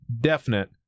definite